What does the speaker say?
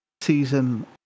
season